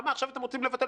למה עכשיו אתם רוצים לבטל?